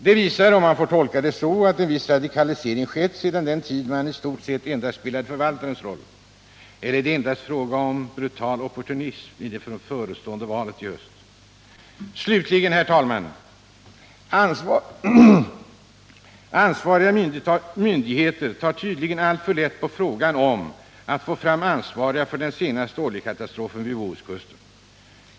Det visar, om jag får tolka det så, att en viss radikalisering skett sedan den tid man i stort sett endast spelade förvaltarens roll. Eller är det endast fråga om brutal opportunism inför det förestående valet i höst? Slutligen herr talman: Ansvariga myndigheter tar tydligen alltför lätt på frågan om att få fram ansvariga för den senaste oljekatastrofen vid Bohuskusten.